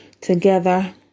together